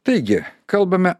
taigi kalbame